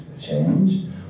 change